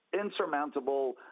insurmountable